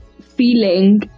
feeling